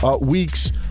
weeks